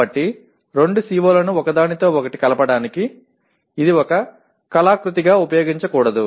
కాబట్టి రెండు CO లను ఒకదానితో ఒకటి కలపడానికి ఇది ఒక కళాకృతిగా ఉపయోగించకూడదు